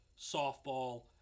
softball